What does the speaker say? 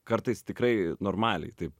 kartais tikrai normaliai taip